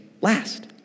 last